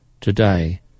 Today